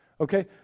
okay